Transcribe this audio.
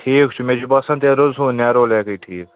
ٹھیٖک چھُ مےٚ چھُ باسان تیٚلہِ روزِ ہُہ نیرولیکٕے ٹھیٖک